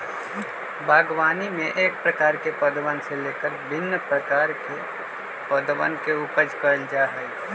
बागवानी में एक प्रकार के पौधवन से लेकर भिन्न प्रकार के पौधवन के उपज कइल जा हई